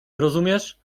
rozumiesz